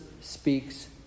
speaks